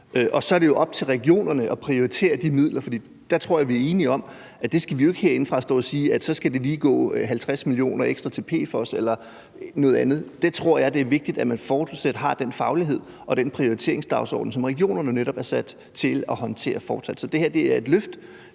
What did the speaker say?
og så er det op til regionerne at prioritere de midler, for jeg tror, vi er enige om, at vi ikke herindefra skal stå og sige, at så skal der lige gå 50 mio. kr. ekstra til PFOS eller noget andet. Jeg tror, det er vigtigt, at man fortsat har den faglighed og den prioriteringsdagsorden, som regionerne netop er sat til at håndtere. Så det her er et løft